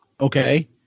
Okay